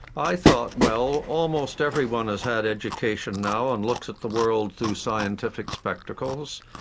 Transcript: i thought well almost everyone has had education now and looks at the world through scientific spectacles,